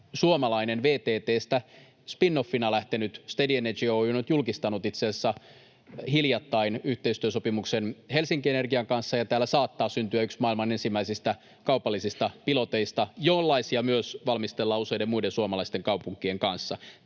suomalainen VTT:stä spin-offina lähtenyt Steady Energy Oy on nyt julkistanut itse asiassa hiljattain yhteistyösopimuksen Helsingin Energian kanssa, ja täällä saattaa syntyä yksi maailman ensimmäisistä kaupallisista piloteista, jollaisia myös valmistellaan useiden muiden suomalaisten kaupunkien kanssa.